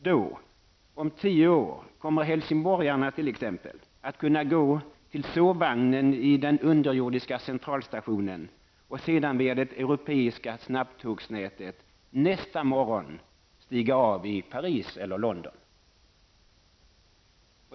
Då -- om tio år -- kommer helsingborgarna t.ex. att kunna gå till sovvagnen i den underjordiska centralstationen och sedan via det europeiska snabbtågsnätet nästa morgon stiga av i Paris eller London!